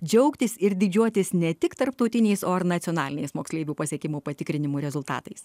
džiaugtis ir didžiuotis ne tik tarptautiniais o ir nacionaliniais moksleivių pasiekimų patikrinimų rezultatais